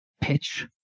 pitch